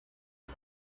ich